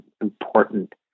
important